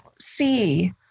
see